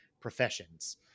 professions